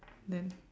then